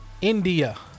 India